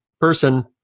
person